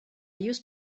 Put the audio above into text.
used